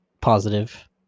positive